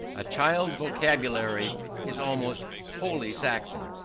a child's vocabulary is almost wholly saxon.